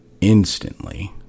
instantly